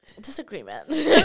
disagreement